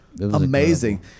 Amazing